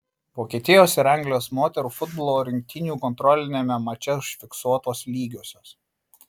vokietijos ir anglijos moterų futbolo rinktinių kontroliniame mače užfiksuotos lygiosios